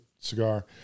cigar